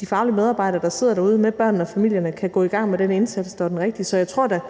de faglige medarbejdere, der sidder derude med børnene og familierne, kan gå i gang med den indsats, der er den rigtige. Så jeg tror da,